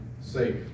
safe